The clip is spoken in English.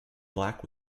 black